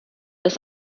dass